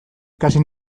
ikasi